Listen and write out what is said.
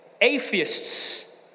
Atheists